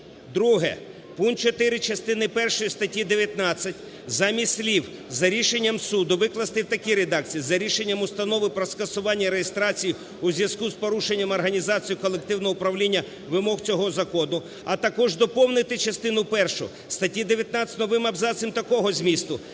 Друге. Пункт 4 частини першої статті 19 замість слів "за рішенням суду" викласти в такій редакції: "за рішенням установи про скасування реєстрації у зв'язку з порушенням організацією колективного управління вимог цього закону". А також доповнити частину першу статті 19 новим абзацом такого змісту: